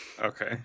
Okay